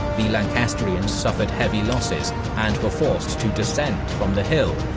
the lancastrians suffered heavy losses and were forced to descend from the hill,